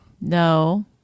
No